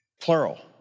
plural